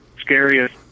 scariest